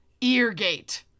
Eargate